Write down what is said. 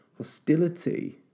Hostility